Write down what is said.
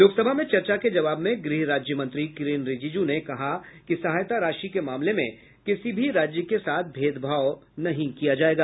लोकसभा में चर्चा के जवाब में गृह राज्यमंत्री किरेण रिजीजू ने कहा कि सहायता राशि के मामले में किसी भी राज्य के साथ भेदभाव नहीं किया जायेगा